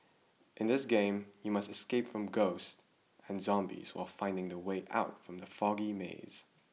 in this game you must escape from ghosts and zombies while finding the way out from the foggy maze